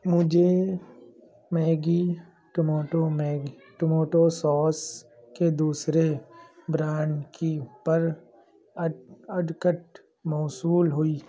مجھے Maggi tomato Maggi tomato sauce کے دوسرے برانڈ کی پر اڈ اڈکٹ موصول ہوئی